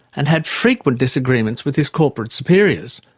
and had frequent disagreements with his corporate superiors,